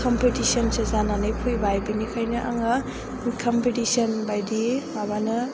कम्पिटिशनसो जानानै फैबाय बिनिखायनो आङो कम्पिटिशन बायदि माबानो